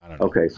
Okay